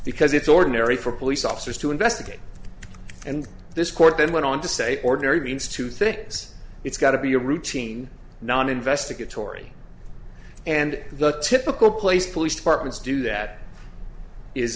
because it's ordinary for police officers to investigate and this court then went on to say ordinary means two things it's got to be a routine non investigatory and the typical place police departments do that i